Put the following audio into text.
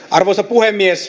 arvoisa puhemies